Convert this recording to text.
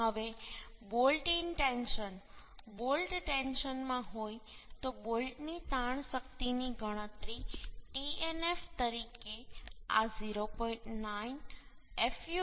હવે bolt in tension bolt ટેન્શનમાં હોય તો બોલ્ટની તાણ શક્તિની ગણતરી Tnf તરીકે આ 0